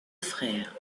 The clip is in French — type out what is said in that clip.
frères